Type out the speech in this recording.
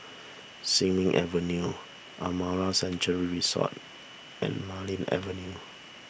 Sin Ming Avenue Amara Sanctuary Resort and Marlene Avenue